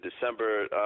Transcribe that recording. December